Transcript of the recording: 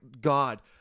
God